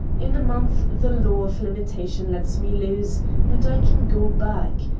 in a month the law of limitation lets me loose and i can go back.